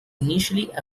initially